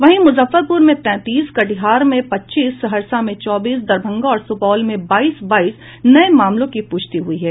वहीं मुजफ्फरपुर में तैंतीस कटिहार में पच्चीय सहरसा में चौबीस दरभंगा और सुपौल में बाईस बाईस नये मामलों की पुष्टि हुई है